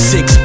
Six